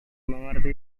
mengerti